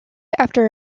after